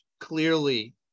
clearly